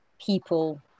people